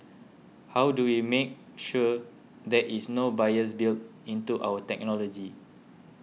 how do we make sure there is no bias built into our technology